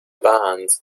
barnes